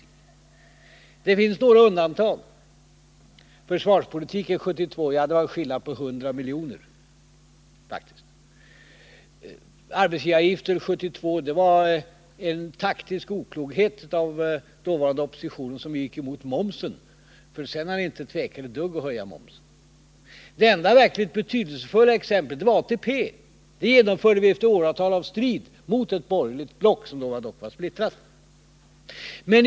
Men det finns några undantag, t.ex. när det gäller försvarspolitiken 1972. Då rörde det sig om en skillnad på 100 milj .kr. I fråga om arbetsgivaravgifterna 1972 var det en taktisk oklokhet av den dåvarande oppositionen att gå emot förslaget om momsen. Senare tvekade man inte ett dugg när det gällde att höja denna. Det enda verkligt betydelsefulla undantaget gällde ATP, som genomfördes efter åratal av strid mot ett borgerligt block, som dock var splittrat då.